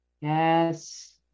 yes